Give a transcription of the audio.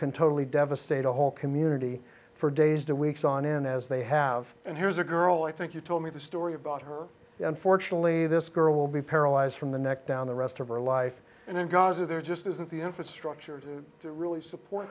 can totally devastated a whole community for days to weeks on end as they have and here's a girl i think you told me the story about her unfortunately this girl will be paralyzed from the neck down the rest of her life and in gaza there just isn't the infrastructure to really support